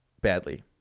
badly